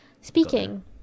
speaking